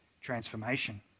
transformation